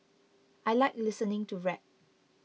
I like listening to rap